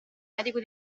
medico